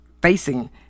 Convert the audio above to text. facing